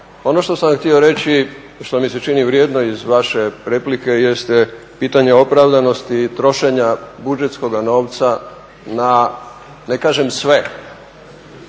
Ono što sam vam htio reći, što mi se čini vrijedno iz vaše replike, jeste pitanje opravdanosti i trošenja budžetskoga novca na ne kažem sve,